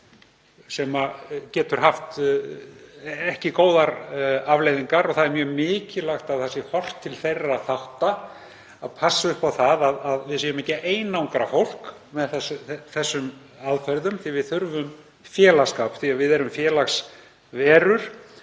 sem getur haft slæmar afleiðingar. Það er mjög mikilvægt að það sé horft til þeirra þátta og passað upp á það að við séum ekki að einangra fólk með þessum aðferðum því að við þurfum félagsskap, við erum félagsverur.